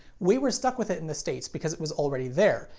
we were stuck with it in the states because it was already there,